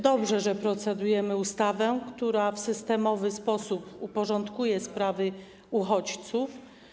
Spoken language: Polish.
Dobrze, że procedujemy ustawę, która w systemowy sposób uporządkuje sprawy uchodźców.